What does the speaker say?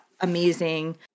amazing